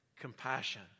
compassion